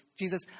Jesus